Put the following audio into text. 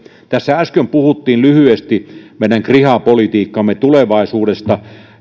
tässä äsken puhuttiin lyhyesti meidän kriha politiikkamme tulevaisuudesta